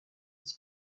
its